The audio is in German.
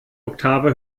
oktave